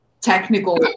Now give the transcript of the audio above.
technical